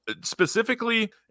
Specifically